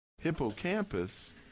hippocampus